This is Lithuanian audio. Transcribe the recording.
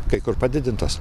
kai kur padidintos